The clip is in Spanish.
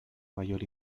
mayor